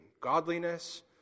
godliness